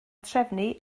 trefnu